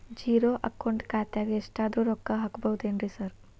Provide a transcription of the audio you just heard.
Zero account ಖಾತ್ಯಾಗ ಎಷ್ಟಾದ್ರೂ ರೊಕ್ಕ ಹಾಕ್ಬೋದೇನ್ರಿ ಸಾರ್?